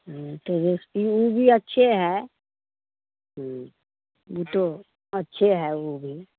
हूँ तो B S P ऊ भी अच्छे है ऊ उ तो अच्छे है ऊ भी